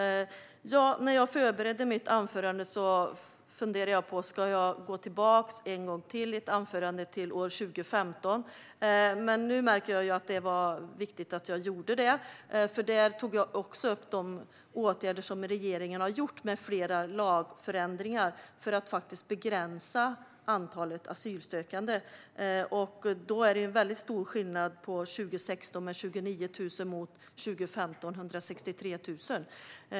Herr talman! När jag förberedde mitt anförande funderade jag på: Ska jag gå tillbaka till 2015 en gång till i ett anförande? Nu märker jag att det var viktigt att jag gjorde det. Jag tog upp de åtgärder som regeringen har gjort med flera lagförändringar för att begränsa antalet asylsökande. Det är väldigt stor skillnad på 2016 med 29 000 mot 2015 med 163 000.